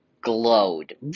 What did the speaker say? glowed